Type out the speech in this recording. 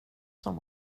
som